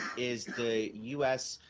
is the u s.